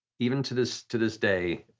even to this to this day,